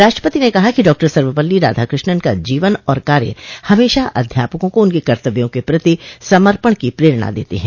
राष्ट्रपति ने कहा कि डॉ सर्वपल्ली राधाकृष्णन का जीवन और कार्य हमेशा अध्यापकों को उनके कर्तव्यों के प्रति समर्पण की प्रेरणा देते हैं